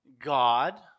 God